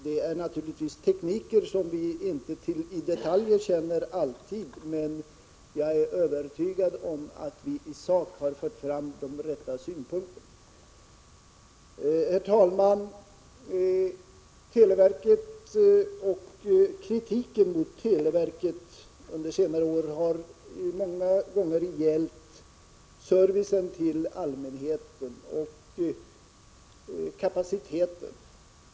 Det är naturligtvis fråga om tekniker som vi inte känner till i detalj, men jag är övertygad om att vi i sak har fört fram de rätta synpunkterna. Herr talman! Kritiken mot televerket under senare år har många gånger gällt servicen till allmänheten och kapaciteten.